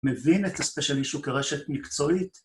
מבין את הספייס של מישהו כרשת מקצועית